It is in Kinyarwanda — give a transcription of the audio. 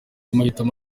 amahitamo